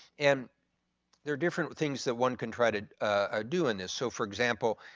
and there are different things that one can try to ah do in this. so for example,